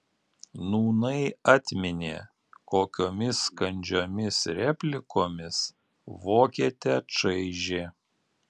nūnai atminė kokiomis kandžiomis replikomis vokietę čaižė